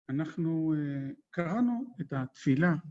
אנחנו קראנו את התפילה.